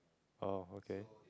oh okay